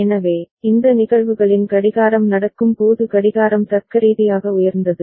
எனவே இந்த நிகழ்வுகளின் கடிகாரம் நடக்கும் போது கடிகாரம் தர்க்கரீதியாக உயர்ந்தது